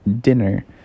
dinner